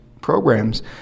programs